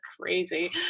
crazy